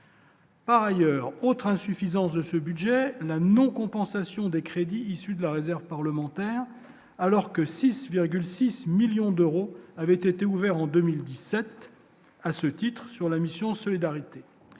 Par ailleurs autre insuffisance de ce budget, la non-compensation des crédits issus de la réserve parlementaire alors que 6,6 millions d'euros avaient été ouverts en 2017, à ce titre sur la mission Solidarité,